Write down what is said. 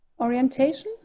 Orientation